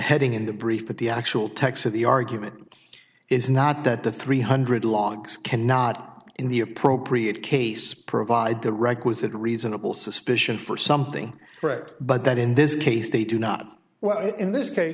heading in the brief but the actual text of the argument is not that the three hundred longs cannot in the appropriate case provide the requisite reasonable suspicion for something correct but that in this case they do not well in this